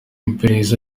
iperereza